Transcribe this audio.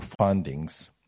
findings